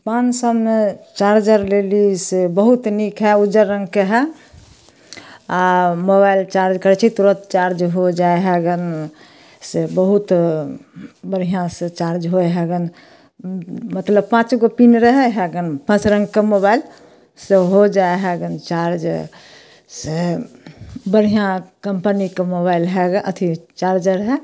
पाँच सओमे चार्जर लेली से बहुत नीक हइ उज्जर रङ्गके हइ आओर मोबाइल चार्ज करै छी तुरन्त चार्ज हो जाइ हइ गन से बहुत बढ़िआँसँ चार्ज होइ हइ गन मतलब पाँचगो पिन रहै हइ गन पाँच रङ्गके मोबाइल से हो जाइ हइ गन चार्ज से बढ़िआँ कम्पनीके मोबाइल हइ गन अथी चार्जर हइ